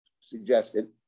suggested